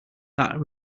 that